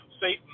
Satan